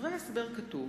בדברי ההסבר כתוב: